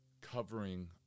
covering